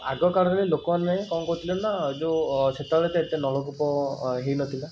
ଆଗକାଳରେ ଲୋକମାନେ କ'ଣ କରୁଥିଲେନା ଯେଉଁ ସେତେବେଳେ ତ ଏତେ ନଳକୂପ ହେଇନଥିଲା